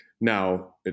Now